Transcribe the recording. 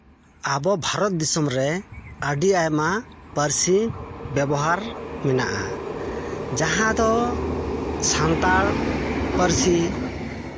ᱟᱵᱚ ᱵᱷᱟᱨᱚᱛ ᱫᱤᱥᱚᱢ ᱨᱮ ᱟᱹᱰᱤ ᱟᱭᱢᱟ ᱯᱟᱹᱨᱥᱤ ᱵᱮᱵᱚᱦᱟᱨ ᱢᱮᱱᱟᱜᱼᱟ ᱡᱟᱦᱟᱸ ᱫᱚ ᱥᱟᱱᱛᱟᱲ ᱯᱟᱹᱨᱥᱤ